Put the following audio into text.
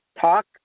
talk